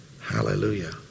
Hallelujah